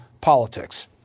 politics